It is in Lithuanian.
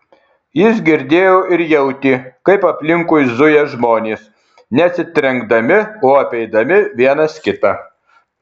jis girdėjo ir jautė kaip aplinkui zuja žmonės ne atsitrenkdami o apeidami vienas kitą